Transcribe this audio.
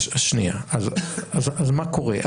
אז מה קורה?